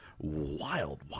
Wild